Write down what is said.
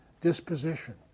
disposition